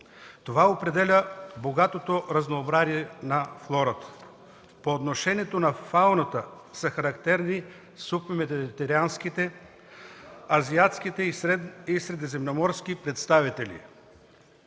Това определя богатото разнообразие на флората. По отношение на фауната са характерни сухомедитеранските, азиатските и средиземноморските представители.